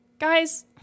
Guys